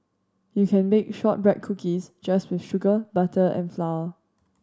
you can bake shortbread cookies just with sugar butter and flour